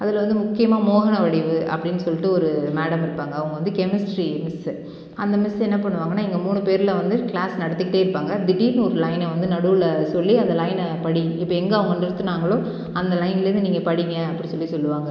அதில் வந்து முக்கியமாக மோகனவடிவு அப்படின்னு சொல்லிட்டு ஒரு மேடம் இருப்பாங்க அவங்க வந்து கெமிஸ்ட்ரி மிஸ்ஸு அந்த மிஸ் என்ன பண்ணுவாங்கன்னால் எங்கள் மூணு பேரில் வந்து கிளாஸ் நடத்திகிட்டே இருப்பாங்க திடீரெனு ஒரு லைனை வந்து நடுவில் சொல்லி அந்த லைனை படி இப்போ எங்கே அவங்க நிறுத்தினாங்களோ அந்த லைனிலேருந்து நீங்கள் படிங்கள் அப்படி சொல்லி சொல்லுவாங்க